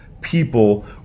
people